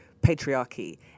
patriarchy